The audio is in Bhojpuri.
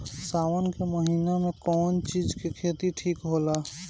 सावन के महिना मे कौन चिज के खेती ठिक होला?